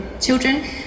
children